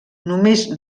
només